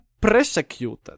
persecuted